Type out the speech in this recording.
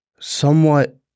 somewhat